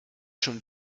schon